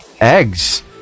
Eggs